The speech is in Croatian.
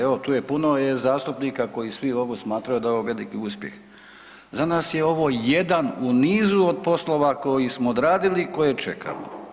Evo tu je puno zastupnika koji svi smatraju da je ovo veliki uspjeh, za nas je ovo jedan u nizu od poslova koji smo odradili i koje čekamo.